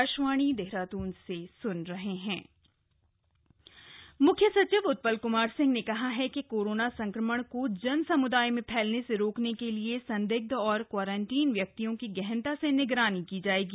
मख्य सचिव मुख्य सचिव उत्पल कुमार सिंह ने कहा ह कि कोरोना संक्रमण को जन सम्दाय में फ़लने से रोकने के लिए संदिग्ध और क्वारंटीन व्यक्तियों की गहनता से निगरानी की जाएगी